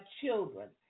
children